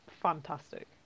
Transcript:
Fantastic